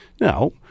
Now